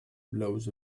blows